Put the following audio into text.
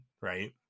right